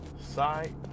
side